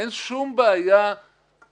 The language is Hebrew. אין שום בעיה ל